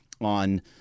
on